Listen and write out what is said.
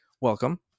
welcome